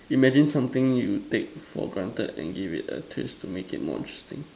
imagine something you take for granted and give it a twist to make it more interesting